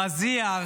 מזיע,